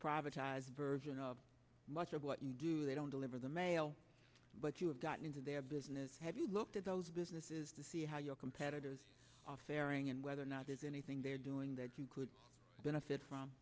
privatized version of much of what you do they don't deliver the mail but you have gotten into their business have you looked at those businesses to see how your competitors are fairing and whether or not there's anything they're doing that you could benefit from